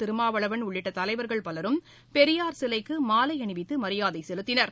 திருமாவளவன் உள்ளிட்ட தலைவர்கள் பலரும் பெரியார் சிலைக்கு மாலை அணிவித்து மரியாதை செலத்தினர்